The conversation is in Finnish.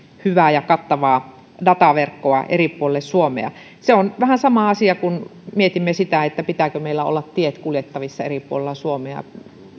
hyvää ja kattavaa dataverkkoa eri puolille suomea se on vähän sama asia kun mietimme sitä pitääkö meillä olla teiden kuljettavissa eri puolella suomea